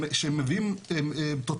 שהם מביאים תוצאות.